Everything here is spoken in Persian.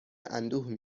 اندوه